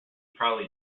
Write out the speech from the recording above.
probably